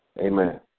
Amen